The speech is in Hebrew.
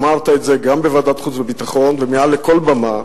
אמרת את זה גם בוועדת חוץ וביטחון ומעל כל במה.